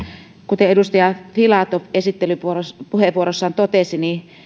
kuten edustaja filatov esittelypuheenvuorossaan totesi